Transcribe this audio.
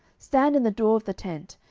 stand in the door of the tent,